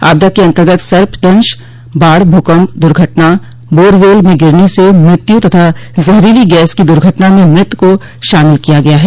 आपदा के अन्तर्गत सर्प दंश बाढ़ भूकंप दुर्घटना बोरवेल में गिरने से मृत्यु तथा जहरीली गैस की दूर्घटना में मृत को शामिल किया गया है